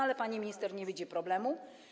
Ale pani minister nie widzi problemu.